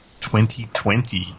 2020